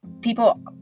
people